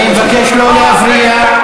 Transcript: אני מבקש שלא להפריע.